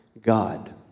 God